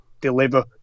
deliver